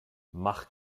mach